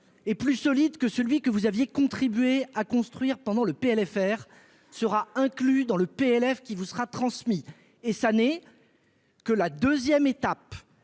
et plus solide que celui que vous aviez contribué à construire pendant le PLFR sera inclus dans le PLF qui vous sera transmis et ça n'est que la 2ème étape